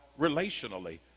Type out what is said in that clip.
relationally